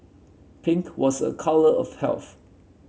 pink was a colour of health